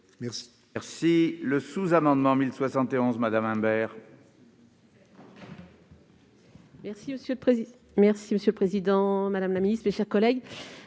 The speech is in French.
Merci